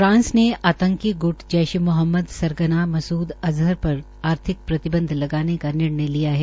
France ने आतंकी ग्ट जैशे ए मोहम्मद सरगना मसूद अज़हर पर आर्थिक प्रतिबंध लगाने का निर्णय लिया है